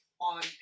on